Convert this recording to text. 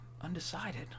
undecided